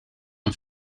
een